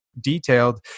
detailed